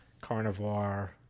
carnivore